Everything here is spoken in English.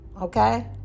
okay